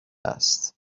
است